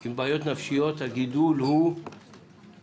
עם בעיות נפשיות, הגידול הוא 3.7%,